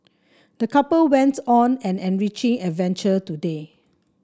the couple went on an enriching adventure today